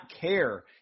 care